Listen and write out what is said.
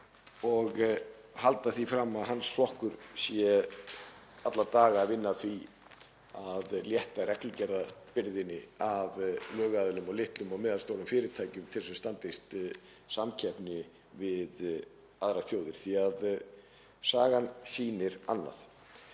og heldur því fram að hans flokkur sé alla daga að vinna að því að létta reglugerðarbyrðinni af lögaðilum og litlum og meðalstórum fyrirtækjum til þess að þau standist samkeppni við aðrar þjóðir, því að sagan sýnir annað.